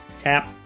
tap